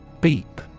Beep